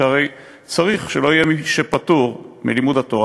שהרי צריך שלא יהיה מי שפטור מלימוד התורה